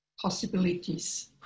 possibilities